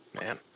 Man